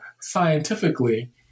scientifically